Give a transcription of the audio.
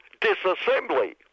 disassembly